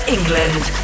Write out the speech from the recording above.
England